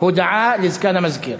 הודעה לסגן המזכירה.